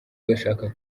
ugashaka